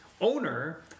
owner